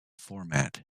format